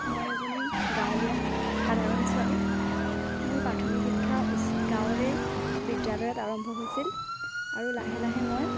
মই এজনী গাঁৱলীয়া সাধাৰণ ছোৱালী মোৰ প্ৰাথমিক শিক্ষা গাঁৱৰে বিদ্যালয়ত আৰম্ভ হৈছিল আৰু লাহে লাহে মই